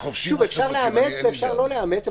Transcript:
אפשר לאמץ ואפשר לא לאמץ,